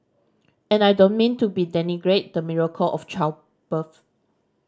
and I don't mean to be denigrate the miracle of childbirth